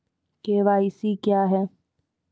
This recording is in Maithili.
के.वाई.सी क्या हैं?